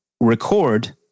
record